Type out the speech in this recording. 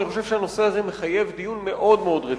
הנושא הזה מחייב דיון מאוד-מאוד רציני.